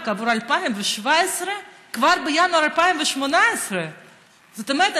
עבור 2017 כבר בינואר 2018. זאת אומרת,